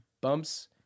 bumps